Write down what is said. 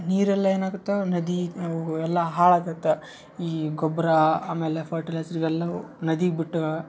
ನೀರೆಲ್ಲ ಏನಾಗುತ್ತಾ ನದಿ ಅವು ಎಲ್ಲ ಹಾಳಾಗುತ್ತೆ ಈ ಗೊಬ್ಬರ ಆಮೇಲೆ ಫರ್ಟಿಲೇಸ್ರ್ ಇವೆಲ್ಲವು ನದಿಗೆ ಬಿಟ್ವ